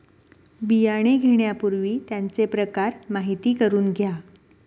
बियाणे घेण्यापूर्वी त्यांचे प्रकार माहिती करून घ्या